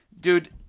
Dude